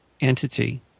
entity